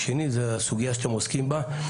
השני זה הסוגיה שאתם עוסקים בה.